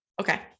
Okay